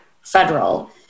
federal